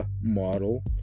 model